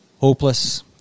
hopeless